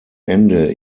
ende